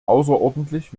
außerordentlich